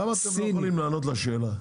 למה אתם לא יכולים לענות לשאלה?